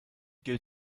gilt